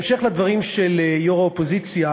בהמשך לדברים של יו"ר האופוזיציה,